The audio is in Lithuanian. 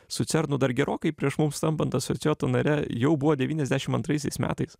su cernu dar gerokai prieš mums tampant asocijuota nare jau buvo devyniasdešim antraisiais metais